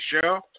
show